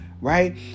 right